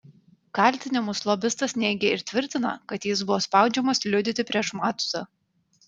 kaltinimus lobistas neigia ir tvirtina kad jis buvo spaudžiamas liudyti prieš matuzą